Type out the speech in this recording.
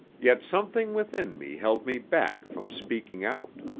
yet something within me held me back from speaking out.